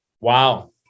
Wow